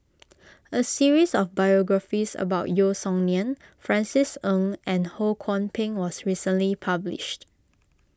a series of biographies about Yeo Song Nian Francis Ng and Ho Kwon Ping was recently published